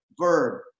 verb